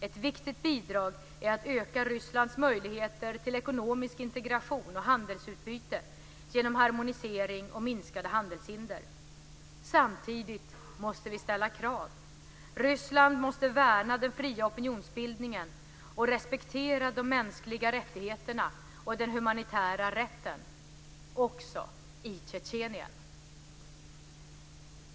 Ett viktigt bidrag är att öka Rysslands möjligheter till ekonomisk integration och handelsutbyte genom harmonisering och minskade handelshinder. Samtidigt måste vi ställa krav. Ryssland måste värna den fria opinionsbildningen och respektera de mänskliga rättigheterna och den humanitära rätten - också i Tjetjenien.